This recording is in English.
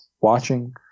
watching